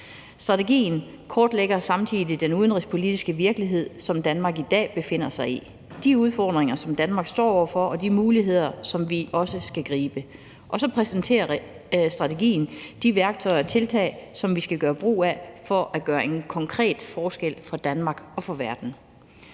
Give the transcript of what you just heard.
Strategien kortlægger samtidig den udenrigspolitiske virkelighed, som Danmark i dag befinder sig i, de udfordringer, som Danmark står over for, og de muligheder, som vi også skal gribe, og så præsenterer strategien de værktøjer og tiltag, som vi skal gøre brug af for at gøre en konkret forskel for Danmark og for verden.